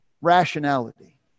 rationality